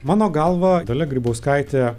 mano galva dalia grybauskaitė